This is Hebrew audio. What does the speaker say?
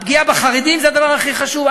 הפגיעה בחרדים זה הדבר הכי חשוב?